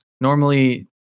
normally